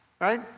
right